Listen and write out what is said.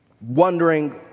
Wondering